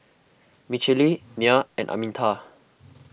Michale Nyah and Arminta